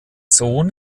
sohn